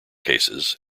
cases